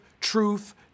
truth